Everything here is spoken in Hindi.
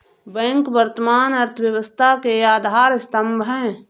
बैंक वर्तमान अर्थव्यवस्था के आधार स्तंभ है